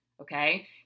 Okay